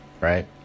right